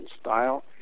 style